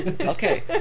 Okay